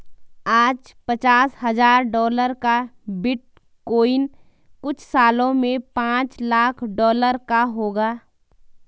आज पचास हजार डॉलर का बिटकॉइन कुछ सालों में पांच लाख डॉलर का होगा